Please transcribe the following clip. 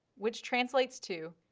which translates to,